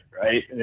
right